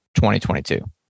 2022